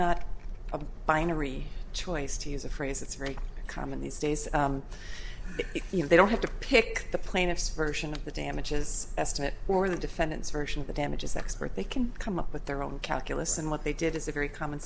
a binary choice to use a phrase it's very common these days they don't have to pick the plaintiffs version of the damages estimate or the defendant's version of the damages that's what they can come up with their own calculus and what they did is a very common